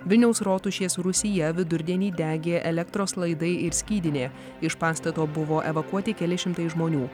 vilniaus rotušės rūsyje vidurdienį degė elektros laidai ir skydinė iš pastato buvo evakuoti keli šimtai žmonių